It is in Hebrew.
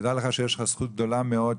דע לך שיש לך זכות גדולה מאוד,